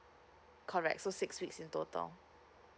correct so six weeks in total